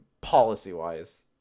policy-wise